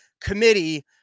committee